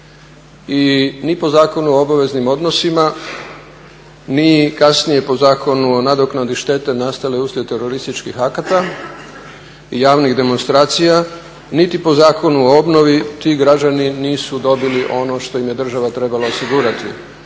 I ne po Zakonu o obaveznim odnosima, ni kasnije po Zakonu o nadoknadi štete nastale uslijed terorističkih akata i javnih demonstracija, niti po Zakonu o obnovi ti građani nisu dobili ono što im je država trebala osigurati,